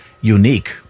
unique